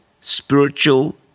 spiritual